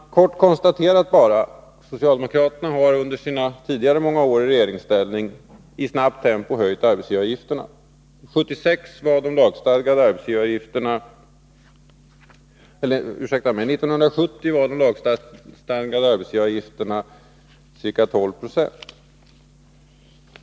Kort konstaterat: Socialdemokraterna har under sina tidigare många år i regeringsställning i snabbt tempo höjt arbetsgivaravgifterna. År 1970 var de lagstadgade arbetsgivaravgifterna ca 12 20.